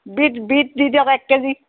beet beet দি দিয়ক এক KG